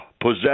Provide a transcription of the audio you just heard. possess